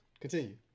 Continue